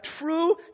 true